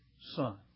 Son